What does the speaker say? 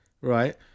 right